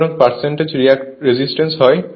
সুতরাং percentage resistance হয় 2